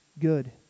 good